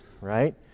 right